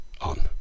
on